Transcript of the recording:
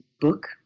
book